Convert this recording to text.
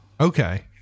Okay